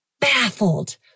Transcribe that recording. baffled